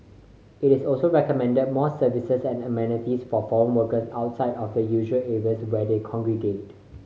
it is also recommended more services and amenities for form workers outside of the usual areas where they congregate